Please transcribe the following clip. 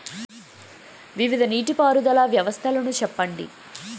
వివిధ నీటి పారుదల వ్యవస్థలను చెప్పండి?